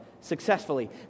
successfully